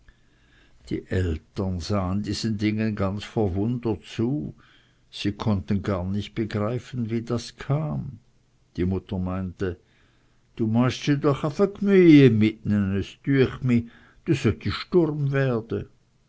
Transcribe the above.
die eltern sahen diesen dingen ganz verwundert zu sie konnten gar nicht begreifen wie das kam die mutter meinte du mast di doch afe gmüeihe mit ne es düecht mi